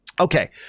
Okay